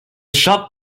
shop